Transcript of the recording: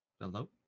Hello